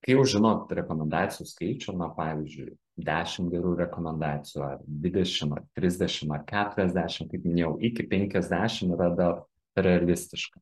kai jau žinot rekomendacijų skaičių na pavyzdžiui dešim gerų rekomendacijų ar dvidešim ar trisdešim ar keturiasdešim kaip minėjau iki penkiasdešim yra dar realistiška